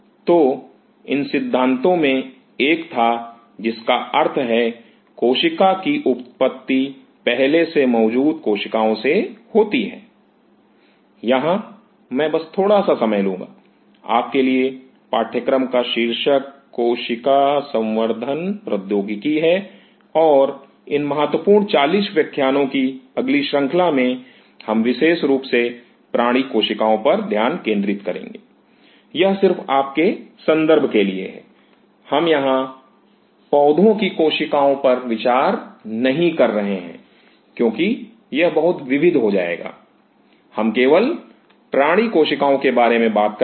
तो इन सिद्धांतों में से एक था Refer Time 0907 जिसका अर्थ है कोशिका की उत्पत्ति पहले से मौजूद कोशिकाओं से होती है यहाँ मैं बस थोड़ा सा समय लूँगा Refer Time 0916 आपके लिए पाठ्यक्रम का शीर्षक कोशिका संवर्धन प्रौद्योगिकी है और इन महत्वपूर्ण 40 व्याख्यानो की अगली श्रृंखला में हम विशेष रूप से प्राणी कोशिकाओं पर ध्यान केंद्रित करेंगे यह सिर्फ आपके संदर्भ के लिए है हम यहां पौधों की कोशिकाओं पर विचार नहीं कर रहे हैं क्योंकि यह बहुत विविध हो जाएगा हम केवल प्राणी कोशिकाओं के बारे में बात करेंगे